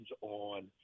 on